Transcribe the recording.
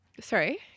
Sorry